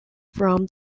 from